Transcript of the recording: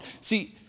See